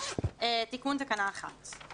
(תיקון מס' 6),